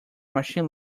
machine